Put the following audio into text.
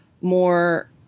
more